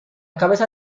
cabeza